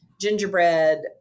gingerbread